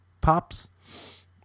Pops